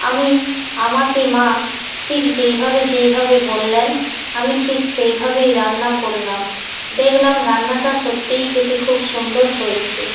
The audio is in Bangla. আমি আমাকে মা ঠিক যেইভাবে যেইভাবে বললেন আমি ঠিক সেইভাবেই রান্না করলাম দেখলাম রান্নাটা সত্যিই খেতে খুব সুন্দর হয়েছে